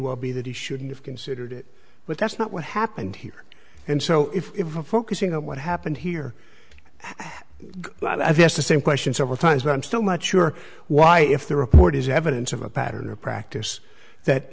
well be that he shouldn't have considered it but that's not what happened here and so if we're focusing on what happened here i've asked the same question several times but i'm so much sure why if the report is evidence of a pattern or practice that